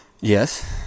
Yes